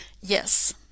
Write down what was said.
Yes